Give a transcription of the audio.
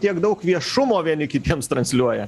tiek daug viešumo vieni kitiems transliuoja